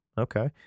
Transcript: Okay